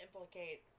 implicate